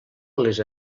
les